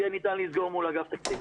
ניתן יהיה לסגור את הפער מול אגף תקציבים.